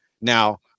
Now